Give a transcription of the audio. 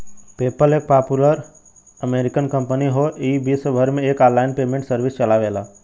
PayPal एक popular American company हौ ई विश्वभर में एक आनलाइन पेमेंट सर्विस चलावेला